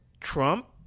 Trump